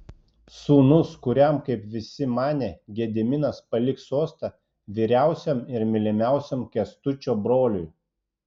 sūnus kuriam kaip visi manė gediminas paliks sostą vyriausiam ir mylimiausiam kęstučio broliui